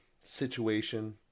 situation